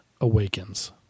Awakens